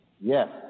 Yes